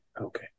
Okay